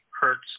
hertz